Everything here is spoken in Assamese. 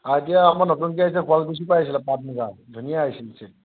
আৰু এতিয়া আকৌ নতুনকৈ আহিছে শুৱালকুছিৰ পৰা আহিছিলে পাট মুগা ধুনীয়া আহিছিল ছেট